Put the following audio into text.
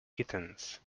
kittens